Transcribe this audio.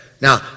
Now